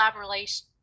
collaboration